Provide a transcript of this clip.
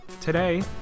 today